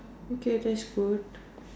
okay that's good